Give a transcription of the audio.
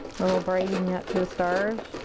little brightening up to the stars.